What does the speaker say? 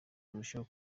kurushaho